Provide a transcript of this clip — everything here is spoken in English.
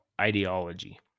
ideology